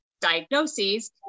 diagnoses